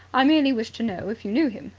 i merely wished to know if you knew him.